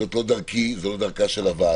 זאת לא דרכי, זאת לא דרכה של הוועדה,